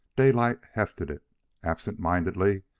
daylight hefted it absent-mindedly,